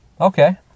Okay